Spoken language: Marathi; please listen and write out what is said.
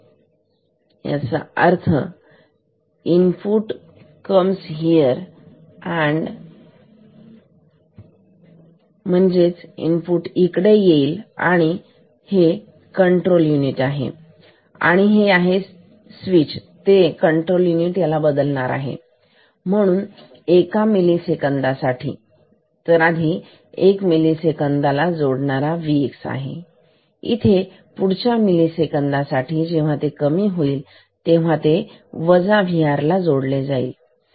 तर याचा अर्थ हे इनपुट इकडे येईल आणि हे कंट्रोल युनिट आहे आणि ते स्वीच ला बदलणार आहे म्हणूया एक मिली सेकंदासाठी तर आधी एक मिली सेकंद त्यावेळी तो जोडणारा Vx आणि इथे पुढच्या मिली सेकंदासाठी जेव्हा ते कमी होईल तेव्हा तो वजा Vr ला जोडीन